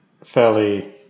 fairly